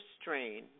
strain